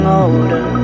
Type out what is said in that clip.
older